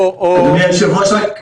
אדוני היושב-ראש,